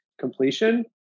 completion